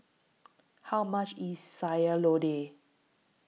How much IS Sayur Lodeh